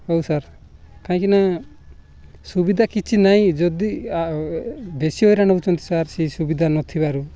ହଉ ସାର୍ କାହିଁକିନା ସୁବିଧା କିଛି ନାହିଁ ଯଦି ବେଶୀ ହଇରାଣ ହେଉଛନ୍ତି ସାର୍ ସେହି ସୁବିଧା ନଥିବାରୁ